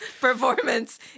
performance